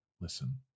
listen